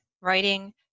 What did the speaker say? writing